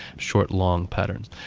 short-long patterns,